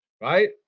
Right